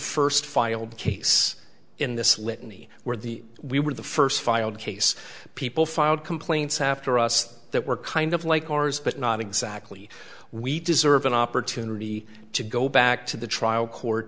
first filed case in this litany where the we were the first filed case people filed complaints after us that were kind of like ours but not exactly we deserve an opportunity to go back to the trial court